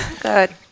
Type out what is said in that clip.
good